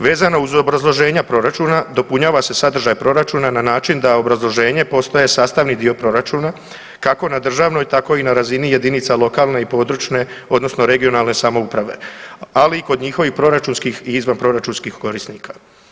Vezano uz obrazloženja proračuna, dopunjava se sadržaj proračuna na način da obrazloženje postaje sastavni dio proračuna kako na državnoj, tako i na razini jedinica lokalne i područne (regionalne) samouprave, ali i kod njihovih proračunskih i izvanproračunskih korisnika.